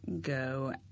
go